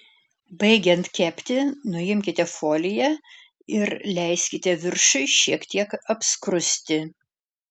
baigiant kepti nuimkite foliją ir leiskite viršui šiek tiek apskrusti